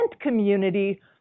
community